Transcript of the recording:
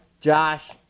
Josh